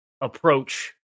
approach